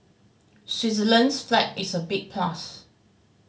Switzerland's flag is a big plus